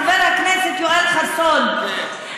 חבר הכנסת יואל חסון.